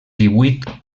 divuit